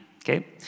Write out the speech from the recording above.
Okay